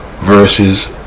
versus